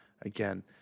again